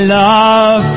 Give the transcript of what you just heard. love